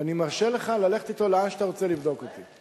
ואני מרשה לך ללכת אתו לאן שאתה רוצה, לבדוק אותי.